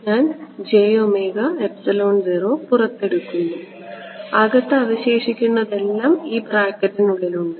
ഞാൻ പുറത്തെടുക്കുന്നു അകത്ത് അവശേഷിക്കുന്നതെല്ലാം ഈ ബ്രാക്കറ്റിനുള്ളിലുണ്ട്